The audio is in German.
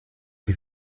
sie